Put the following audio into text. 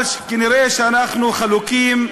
אבל נראה שאנחנו חלוקים,